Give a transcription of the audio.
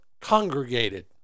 congregated